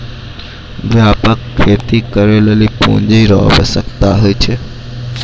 व्यापक खेती करै लेली पूँजी रो आवश्यकता हुवै छै